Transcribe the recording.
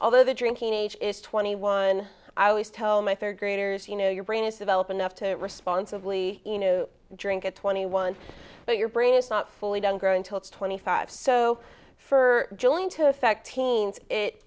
although the drinking age is twenty one i always tell my third graders you know your brain is developed enough to responsibly drink at twenty one but your brain is not fully don't grow until it's twenty five so for jillian to affect teens it